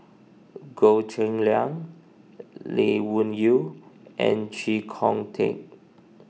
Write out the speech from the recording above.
Goh Cheng Liang Lee Wung Yew and Chee Kong Tet